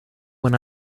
when